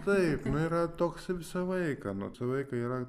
taip nu yra toks visą laiką nu visą laiką yra